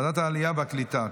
ועדת העלייה והקליטה.